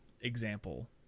example